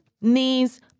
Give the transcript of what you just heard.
knees